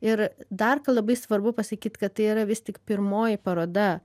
ir dar ką labai svarbu pasakyt kad tai yra vis tik pirmoji paroda